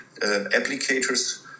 applicators